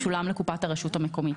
ישולם לקופת הרשות המקומית.